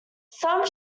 some